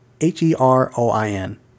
H-E-R-O-I-N